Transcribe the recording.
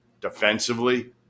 defensively